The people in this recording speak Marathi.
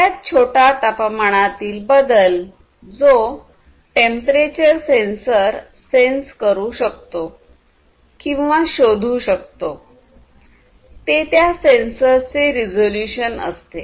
सगळ्यात छोटा तापमानातील बदल जो टेंपरेचर सेन्सर सेन्स करू शकतो किंवा शोधू शकतो ते त्या सेन्सर्सचे रिझोल्युशन असते